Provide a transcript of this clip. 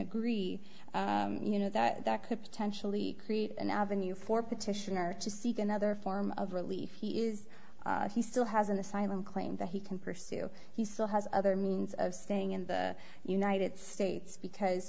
agree you know that could potentially create an avenue for petitioner to seek another form of relief he is he still has an asylum claim that he can pursue he still has other means of staying in the united states because